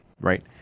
right